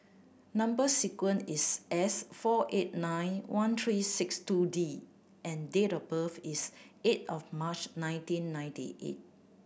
number sequence is S four eight nine one three six two D and date of birth is eight of March nineteen ninety eight